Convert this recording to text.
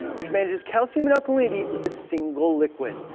which manages calcium and alkalinity with a single liquid.